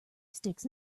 sticks